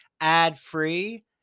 ad-free